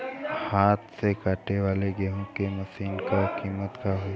हाथ से कांटेवाली गेहूँ के मशीन क का कीमत होई?